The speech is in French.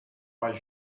pas